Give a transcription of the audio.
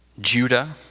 Judah